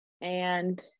And-